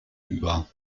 über